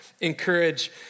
encourage